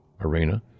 Arena